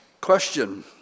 question